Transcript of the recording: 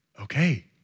okay